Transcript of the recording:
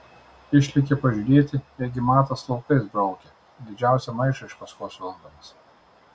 išlėkė pažiūrėti ėgi matas laukais braukė didžiausią maišą iš paskos vilkdamas